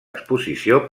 exposició